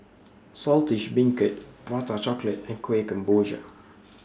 Saltish Beancurd Prata Chocolate and Kuih Kemboja